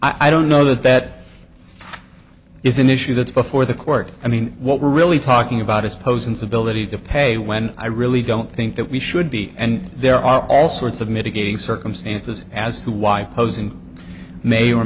happen i don't know that that is an issue that's before the court i mean what we're really talking about is poses ability to pay when i really don't think that we should be and there are all sorts of mitigating circumstances as to why posing may or